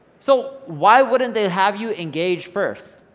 so why wouldn't they have you engage first,